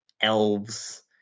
Elves